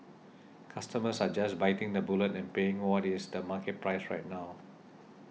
customers are just biting the bullet and paying what is the market price right now